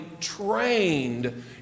trained